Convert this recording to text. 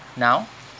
now